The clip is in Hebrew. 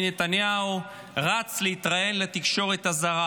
נתניהו רץ להתראיין לתקשורת הזרה.